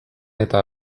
eta